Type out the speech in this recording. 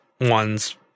ones